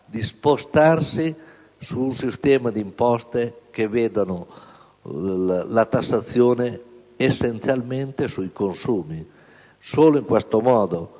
di spostarsi su un sistema di imposte in cui la tassazione sia essenzialmente sui consumi. Solo in questo modo